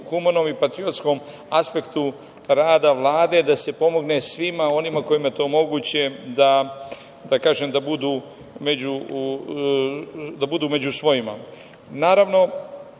humanom i patriotskom aspektu rada Vlade, da se pomogne svima onima kojima je to moguće da budu među svojima. Naravno,